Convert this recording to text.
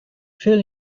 fuel